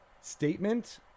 statement